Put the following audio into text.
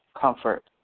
comfort